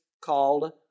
called